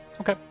Okay